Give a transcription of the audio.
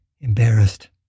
embarrassed